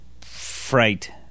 fright